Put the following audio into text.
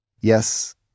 Yes